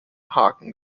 haken